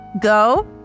go